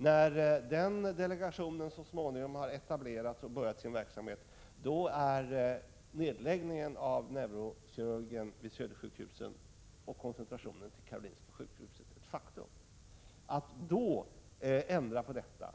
När den delegationen så småningom har etablerats och börjat sin verksamhet är nedläggningen av den neurokirurgiska kliniken vid Södersjukhuset och koncentrationen till Karolinska sjukhuset ett faktum. Att då ändra på detta